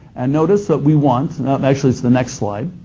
and notice that we want. and and actually it's the next slide,